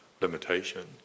limitation